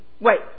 Wait